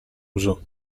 uso